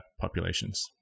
populations